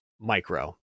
Micro